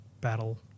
Battle